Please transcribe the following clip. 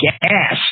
gas